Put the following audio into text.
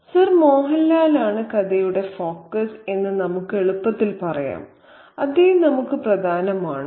sir Mohanlal ആണ് കഥയുടെ focus എന്ന് നമുക്ക് എളുപ്പത്തിൽ പറയാം അദ്ദേഹം നമുക്ക് പ്രധാനമാണോ